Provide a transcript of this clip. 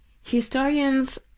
Historians